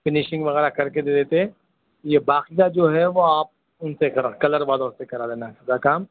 finishing وغیرہ کر کے دیتے یہ باقی کا جو ہے وہ آپ اُن سے کرا کلر والوں سے کرا لینا یہ کام